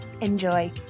Enjoy